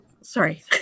Sorry